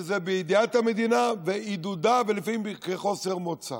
כשזה בידיעת המדינה, בעידודה ולפעמים כחוסר מוצא.